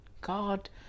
God